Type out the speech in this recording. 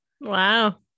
Wow